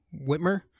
Whitmer